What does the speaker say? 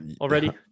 already